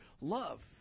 Love